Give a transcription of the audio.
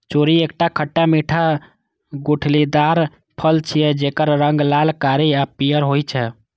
cherry एकटा खट्टा मीठा गुठलीदार फल छियै, जेकर रंग लाल, कारी आ पीयर होइ छै